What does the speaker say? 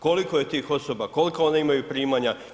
Koliko je tih osoba, kolika oni imaju primanja?